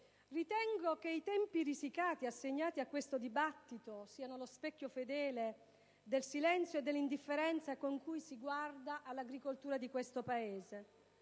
ritengo che i tempi risicati assegnati a questo dibattito siano lo specchio fedele del silenzio e dell'indifferenza con cui si guarda all'agricoltura del nostro Paese.